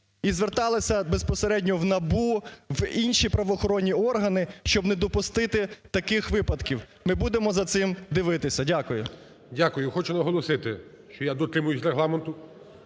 і зверталися безпосередньо в НАБУ, в інші правоохоронні органи, щоб не допустити таких випадків. Ми будемо за цим дивитися. Дякую. ГОЛОВУЮЧИЙ. Дякую. Хочу наголосити, що я дотримуюсь Регламенту,